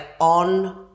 on